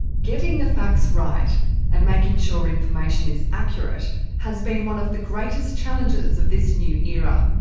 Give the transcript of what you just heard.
getting the facts right and making sure information is accurate has been one of the greatest challenges of this new era.